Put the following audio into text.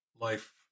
life